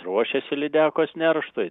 ruošiasi lydekos nerštui